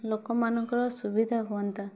ଲୋକମାନଙ୍କର ସୁବିଧା ହୁଅନ୍ତା